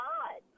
God